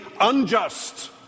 unjust